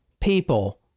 people